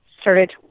started